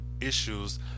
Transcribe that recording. issues